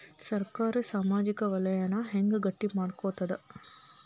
ಸರ್ಕಾರಾ ಸಾಮಾಜಿಕ ವಲಯನ್ನ ಹೆಂಗ್ ಗಟ್ಟಿ ಮಾಡ್ಕೋತದ?